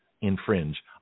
infringe